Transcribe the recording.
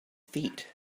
feet